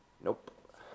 Nope